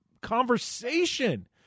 conversation